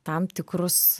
tam tikrus